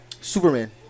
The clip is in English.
Superman